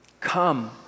Come